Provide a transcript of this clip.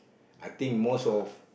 I think most of